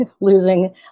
losing